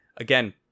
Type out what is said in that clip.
Again